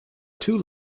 two